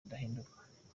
ndahindurwa